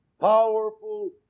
powerful